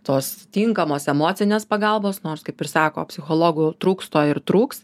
tos tinkamos emocinės pagalbos nors kaip ir sako psichologų trūksta ir trūks